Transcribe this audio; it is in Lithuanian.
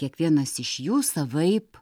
kiekvienas iš jų savaip